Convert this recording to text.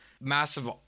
Massive